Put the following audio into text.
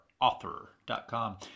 author.com